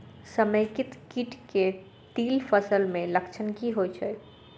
समेकित कीट केँ तिल फसल मे लक्षण की होइ छै?